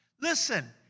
Listen